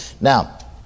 Now